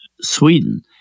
Sweden